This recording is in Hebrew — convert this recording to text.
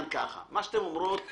מה אני בעצם מנסה לומר?